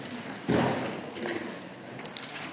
Hvala